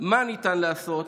מה אפשר לעשות,